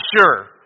sure